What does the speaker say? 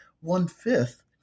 one-fifth